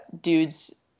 dudes